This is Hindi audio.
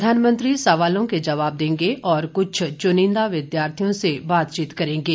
प्रधानमंत्री सवालों के जवाब देंगे और कुछ चुनिंदा विद्यार्थियों से बातचीत करेंगे